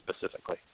specifically